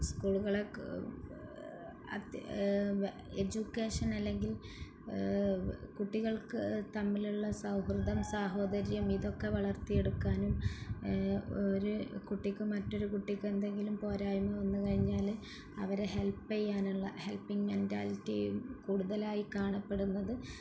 സ്കൂളുകളൊക്കെ എഡ്യൂക്കേഷൻ അല്ലെങ്കിൽ കുട്ടികൾക്ക് തമ്മിലുള്ള സൗഹൃദം സാഹോദര്യം ഇതൊക്കെ വളർത്തി എടുക്കാനും ഒരു കുട്ടിക്കും മറ്റൊരു കുട്ടിക്ക് എന്തെങ്കിലും പോരായ്മ വന്നുകഴിഞ്ഞാല് അവരെ ഹെൽപ്പ് ചെയ്യാനുള്ള ഹെൽപ്പിങ് മെന്റാലിറ്റിയും കൂടുതലായി കാണപ്പെടുന്നത്